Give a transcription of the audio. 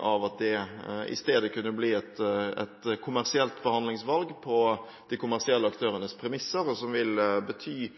av at det i stedet kunne bli et kommersielt behandlingsvalg på de kommersielle aktørenes premisser, som vil bety